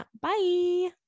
Bye